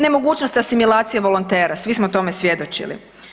Nemogućnost asimilacije volontera, svi smo tome svjedočili.